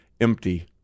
empty